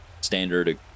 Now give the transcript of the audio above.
Standard